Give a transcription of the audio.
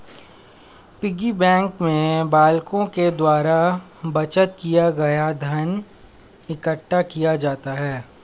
piggy bank में बालकों के द्वारा बचत किया गया धन इकट्ठा किया जाता है